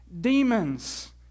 demons